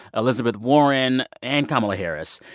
elizabeth warren and kamala harris.